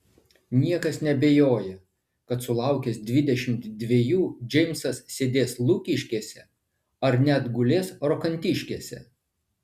niekas neabejoja kad sulaukęs dvidešimt dvejų džeimsas sėdės lukiškėse ar net gulės rokantiškėse